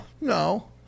No